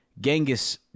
Genghis